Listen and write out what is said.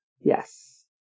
Yes